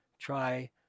Try